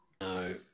No